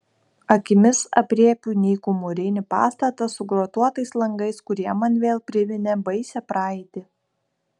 akimis aprėpiu nykų mūrinį pastatą su grotuotais langais kurie man vėl priminė baisią praeitį